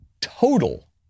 total